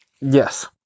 yes